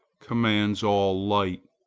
commands all light,